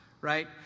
right